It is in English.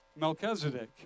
Melchizedek